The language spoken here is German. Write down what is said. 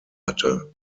hatte